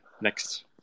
next